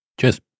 Cheers